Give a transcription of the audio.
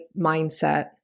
mindset